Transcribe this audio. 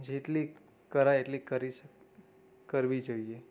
જેટલી કરાય એટલી કરી કરવી જોઈએ